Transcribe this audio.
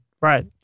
Right